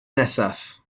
nesaf